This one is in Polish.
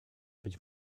być